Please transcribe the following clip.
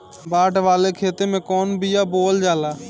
बाड़ वाले खेते मे कवन बिया बोआल जा?